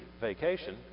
vacation